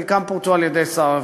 חלקם פורטו על-ידי שר הרווחה.